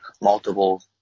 multiple